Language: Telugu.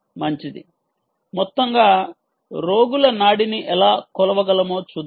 మంచిది మొత్తంగా రోగుల నాడిని ఎలా కొలవగలమో చూద్దాం